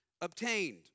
obtained